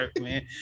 man